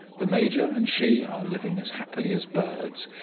the major and she are living as happily as birds,